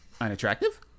Unattractive